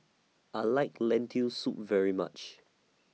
I like Lentil Soup very much